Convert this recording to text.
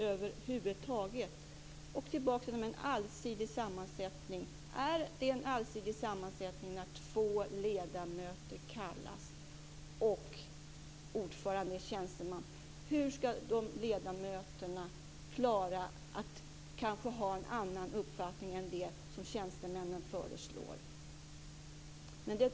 Är det vidare en allsidig sammansättning när två ledamöter och en tjänstemannaordförande deltar? Hur ska de ledamöterna klara att ha en avvikande uppfattning till det som tjänstemännen föreslår?